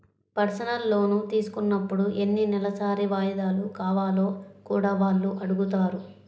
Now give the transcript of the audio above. personal loan తీసుకున్నప్పుడు ఎన్ని నెలసరి వాయిదాలు కావాలో కూడా వాళ్ళు అడుగుతారు